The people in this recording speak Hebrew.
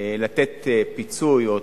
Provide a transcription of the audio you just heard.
לתת פיצוי או